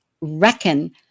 reckon